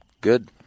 Good